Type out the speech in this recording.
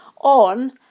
on